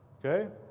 ok?